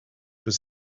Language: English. was